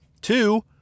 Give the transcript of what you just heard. two